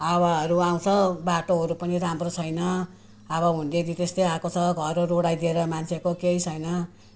हावाहरू आउँछ बाटोहरू पनि राम्रो छैन हावा हुन्डरी त्यस्तै आएको छ घरहरू उडाइदिएर मान्छेको केही छैन